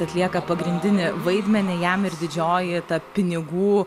atlieka pagrindinį vaidmenį jam ir didžioji ta pinigų